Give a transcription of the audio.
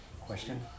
Question